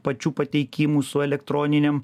pačių pateikimu su elektroninėm